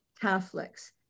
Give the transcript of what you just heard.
Catholics